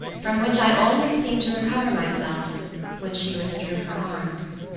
from which i only seemed to recover myself when she withdrew her arms.